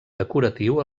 decoratiu